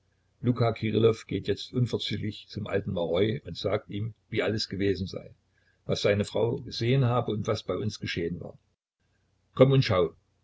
kirillow geht jetzt unverzüglich zum alten maroi und sagt ihm wie alles gewesen sei was seine frau gesehen habe und was bei uns geschehen war komm und schau